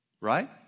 right